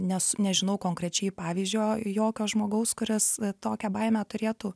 nes nežinau konkrečiai pavyzdžio jokio žmogaus kuris tokią baimę turėtų